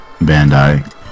Bandai